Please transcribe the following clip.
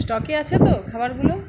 স্টকে আছে তো খাবারগুলো